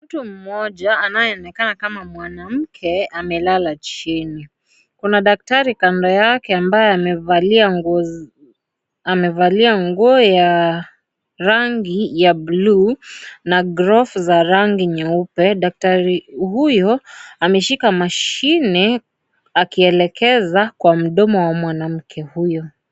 Mtu mmoja, anayeonekana kama mwanamke amelala chini. Kuna daktari kando yake, ambaye amevalia nguo ya rangi ya buluu na glovu za rangi nyeupe. Daktari huyo, ameshika mashine akielekeza kwa mdomo wa mwanamke huyo.